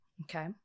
okay